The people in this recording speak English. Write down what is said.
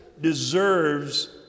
deserves